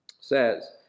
says